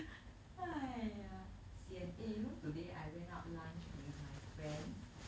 !aiya! sian eh you know today I went out lunch with my friends